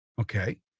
Okay